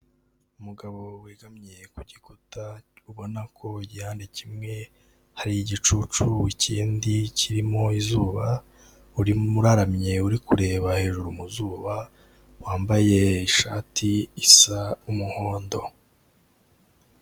Umugabo wegamye ku gikuta ubona ko igihande kimwe hari igicucu ikindi kirimo izuba, urimo uraramye uri kureba hejuru mu zuba, wambaye ishati isa umuhondo.